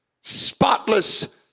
spotless